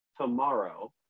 tomorrow